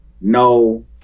no